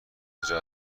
کجا